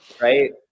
Right